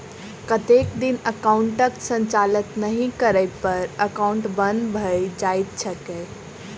कतेक दिन एकाउंटक संचालन नहि करै पर एकाउन्ट बन्द भऽ जाइत छैक?